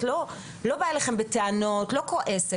אני לא באה אליכם בטענות ולא כועסת.